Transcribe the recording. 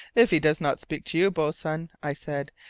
if he does not speak to you, boatswain, i said,